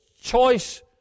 choice